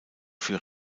für